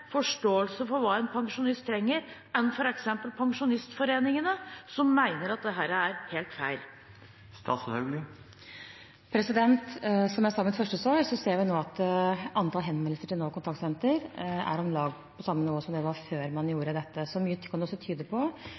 forståelse av hva en pensjonist trenger, enn f.eks. pensjonistforeningene, som mener at dette er helt feil? Som jeg sa i mitt første svar, ser vi nå at antall henvendelser til NAV Kontaktsenter er på om lag samme nivå som det var før man gjorde dette. Så mye kan også tyde på